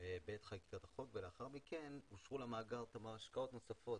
בעת חקיקת החוק ולאחר מכן אושרו למאגר תמר השקעות נוספות,